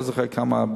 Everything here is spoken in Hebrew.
לא זוכר כמה,